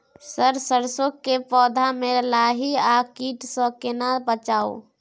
Sir सरसो के पौधा में लाही आ कीट स केना बचाऊ?